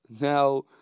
Now